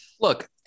Look